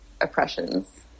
oppressions